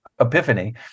epiphany